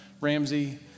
Ramsey